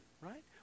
right